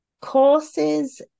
Courses